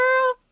girl